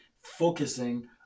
focusing